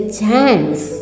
chance